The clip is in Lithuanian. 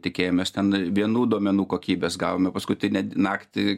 tikėjomės ten vienų duomenų kokybės gavome paskutinę naktį